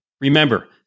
remember